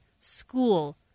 school